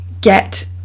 get